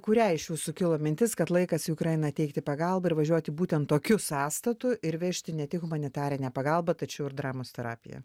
kuriai iš jūsų kilo mintis kad laikas į ukrainą teikti pagalbą ir važiuoti būtent tokiu sąstatu ir vežti ne tik humanitarinę pagalbą tačiau ir dramos terapiją